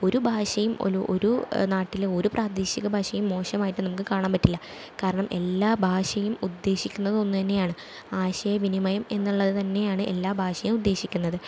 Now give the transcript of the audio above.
ഒരു ഭാഷയും ഒലു ഒരു നാട്ടിലെ ഒരു പ്രാദേശിക ഭാഷയും മോശമായിട്ട് നമുക്ക് കാണാൻ പറ്റില്ല കാർണം എല്ലാം ഭാഷയും ഉദ്ദേശിക്കുന്നത് ഒന്ന് തന്നെയാണ് ആശയവിനിമയം എന്നുള്ളത് തന്നെയാണ് എല്ലാ ഭാഷയും ഉദ്ദേശിക്കുന്നത്